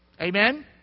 Amen